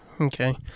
Okay